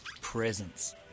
Presents